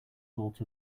thought